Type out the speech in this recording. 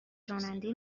راننده